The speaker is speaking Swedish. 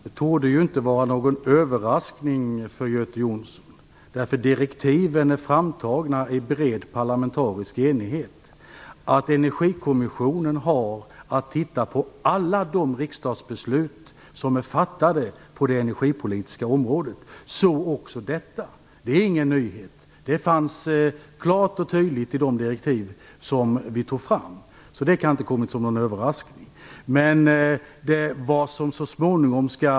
Fru talman! Det torde inte vara någon överraskning för Göte Jonsson, eftersom direktiven är framtagna i bred parlamentarisk enighet, att Energikommissionen har att titta på alla de riksdagsbeslut som är fattade på det energipolitiska området, så också detta. Det är ingen nyhet. Det stod klart och tydligt i de direktiv som vi tog fram, så det kan inte komma som någon överraskning.